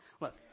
look